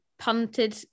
Punted